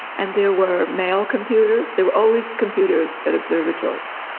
and there were male computers, there were always computers at observatories,